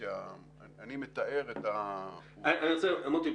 אני מתאר את --- מוטי,